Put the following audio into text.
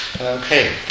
Okay